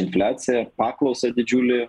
infliacija paklausą didžiulį